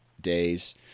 days